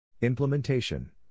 Implementation